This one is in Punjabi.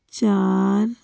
ਚਾਰ